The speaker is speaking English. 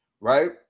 Right